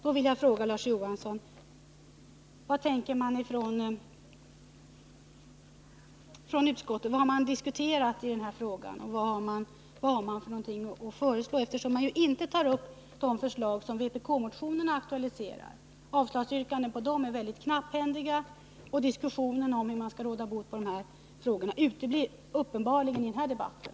Då vill jag fråga Larz Johansson: Vad har utskottet diskuterat när det gäller den här frågan, och vad har det att föreslå? Man tar ju inte upp de förslag som har aktualiserats i vpk-motionerna. Avslagsyrkandena på dessa motioner är mycket knapphändiga, och diskussionen om hur man skall råda bot på de här problemen uteblir uppenbarligen i den här debatten.